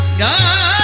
da